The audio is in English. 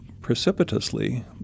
precipitously